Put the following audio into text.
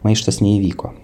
maištas neįvyko